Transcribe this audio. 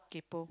kaypo